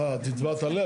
אה, את הצבעת עליה.